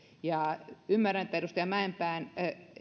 ymmärrän että edustaja mäenpään